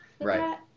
Right